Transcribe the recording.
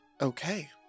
Okay